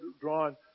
drawn